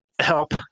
help